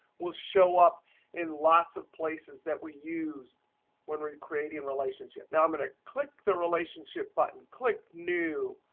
will show up in lots of places that we use when we're creating the relationship. now i'm going to click the relationship button, click new.